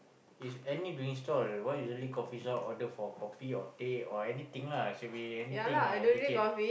is any drink stall what usually coffee shop order for kopi or teh or anything lah should be anything ah indicate